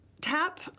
tap